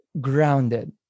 grounded